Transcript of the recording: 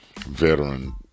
veteran